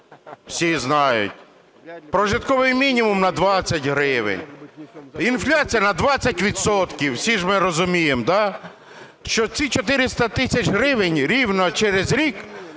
Всі знають. Прожитковий мінімум на 20 гривень, інфляція на 20 відсотків. Всі ж ми розуміємо, да, що ці 400 тисяч гривень рівно через рік